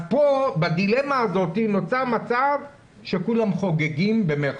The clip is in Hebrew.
פה בדילמה הזאת נוצר מצב שכולם "חוגגים".